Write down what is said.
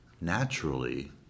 naturally